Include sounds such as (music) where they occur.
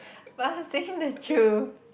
(breath) but I'm saying the truth